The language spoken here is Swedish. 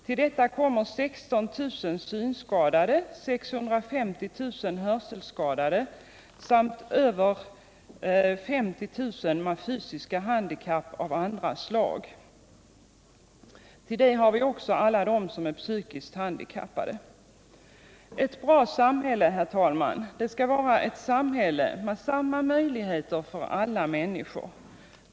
Till detta kommer 16 000 synskadade, 650 000 hörselskadade samt över 50 000 med fysiska handikapp av andra slag samt alla de som är psykiskt handikappade. Ett bra samhälle skall vara ett samhälle med samma möjligheter för alla människor.